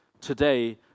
today